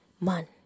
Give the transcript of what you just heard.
man